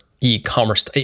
e-commerce